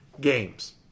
games